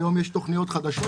היום יש תוכניות חדשות,